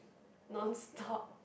non stop